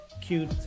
cute